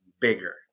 bigger